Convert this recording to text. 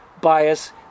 bias